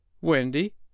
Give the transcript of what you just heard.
Wendy